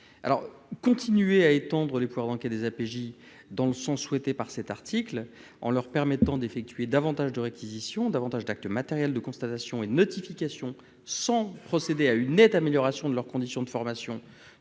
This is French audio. alors continuer à étendre les pouvoirs enquête des APJ, dans le sens souhaité par cet article, en leur permettant d'effectuer davantage de réquisition davantage d'actes matériels de constatations et notifications sans procéder à une nette amélioration de leurs conditions de formation